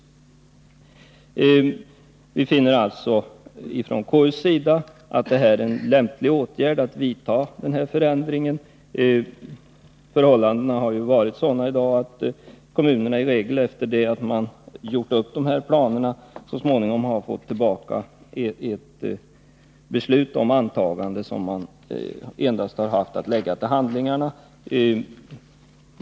Från KU:s sida finner vi alltså att den här förändringen är en lämplig åtgärd 73 att vidta. Förhållandena har ju i regel varit sådana, att kommunerna efter det att planerna har gjorts upp så småningom fått ta emot ett beslut om antagande som de endast haft att lägga till handlingarna.